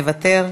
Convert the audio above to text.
מוותר,